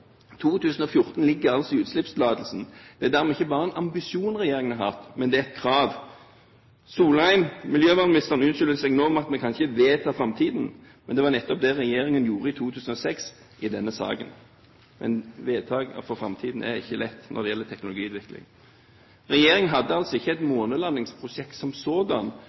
2014 ligger altså i utslippstillatelsen. Det er dermed ikke bare en ambisjon regjeringen har hatt, men det er et krav. Miljøvernminister Solheim unnskylder seg nå med at vi ikke kan vedta framtiden. Men det var nettopp det regjeringen gjorde i 2006 i denne saken. Men vedtak for framtiden er ikke lett når det gjelder teknologiutvikling. Regjeringen hadde altså ikke et månelandingsprosjekt som